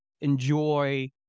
enjoy